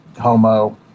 homo